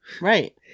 Right